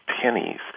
pennies